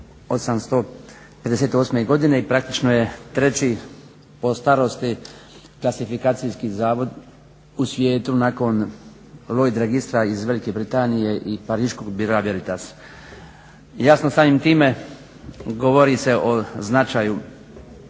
1858.godine i praktično je 3.po starosti klasifikacijski zavod u svijetu nakon Lloyd registra iz Velike Britanije i Pariškog bureau Veritas. Jasno samim time govori se o značaju